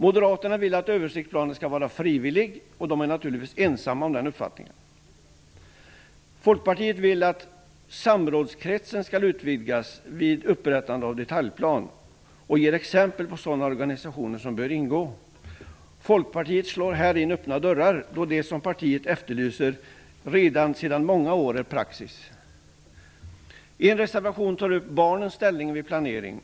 Moderaterna vill att översiktsplanen skall vara frivillig och är naturligtvis ensamma om den uppfattningen. Folkpartiet vill att samrådskretsen skall utvidgas vid upprättande av detaljplan och ger exempel på sådana organisationer som bör ingå. Folkpartiet slår här in öppna dörrar, då det som partiet efterlyser sedan många år är praxis. I en reservation tas barnens ställning vid planering upp.